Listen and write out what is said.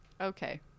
Okay